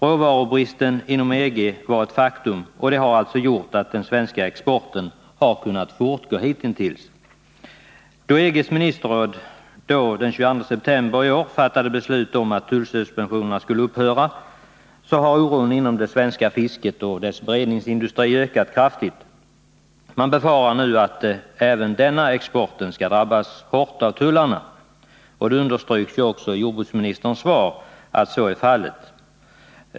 Råvarubristen inom EG har varit ett faktum, och det har gjort att den svenska exporten har kunnat fortgå hitintills. Sedan EG:s ministerråd den 22 september i år fattade beslut om att tullsuspensionerna skulle upphöra har oron inom det svenska fisket och dess beredningsindustri ökat kraftigt. Man befarar nu att även den exporten skall drabbas hårt av tullarna. Det understryks ju också i jordbruksministerns svar att så är fallet.